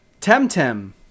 temtem